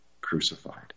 crucified